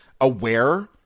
aware